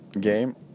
game